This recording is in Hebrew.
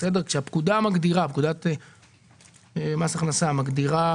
פקודת מס הכנסה מגדירה